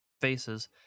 faces